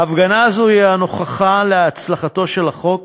ההפגנה הזו היא ההוכחה להצלחתו של החוק